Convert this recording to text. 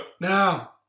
Now